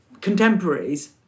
contemporaries